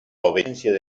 obediencia